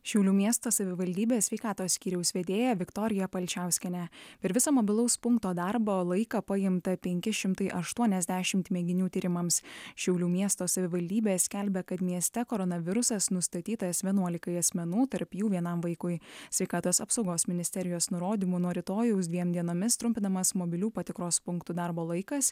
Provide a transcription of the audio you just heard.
šiaulių miesto savivaldybės sveikatos skyriaus vedėja viktorija palčiauskienė per visą mobilaus punkto darbo laiką paimta penki šimtai aštuoniasdešimt mėginių tyrimams šiaulių miesto savivaldybė skelbia kad mieste koronavirusas nustatytas vienuolikai asmenų tarp jų vienam vaikui sveikatos apsaugos ministerijos nurodymu nuo rytojaus dviem dienomis trumpinamas mobilių patikros punktų darbo laikas